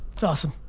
that's awesome.